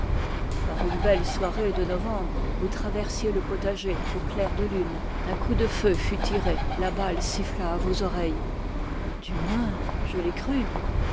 par une belle soirée de novembre vous traversiez le potager au clair de la lune un coup de feu fut tiré la balle siffla à vos oreilles du moins je l'ai cru